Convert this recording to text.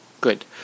good